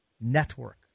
Network